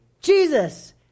Jesus